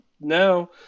Now